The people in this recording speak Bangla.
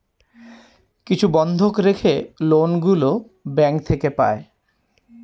কিছু বন্ধক রেখে লোন গুলো ব্যাঙ্ক থেকে পাই